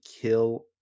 kill